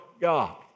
God